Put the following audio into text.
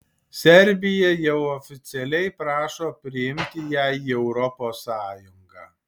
serbija jau oficialiai prašo priimti ją į europos sąjungą